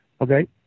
Okay